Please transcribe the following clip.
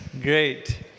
Great